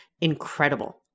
incredible